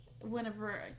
whenever